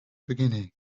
beginning